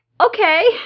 okay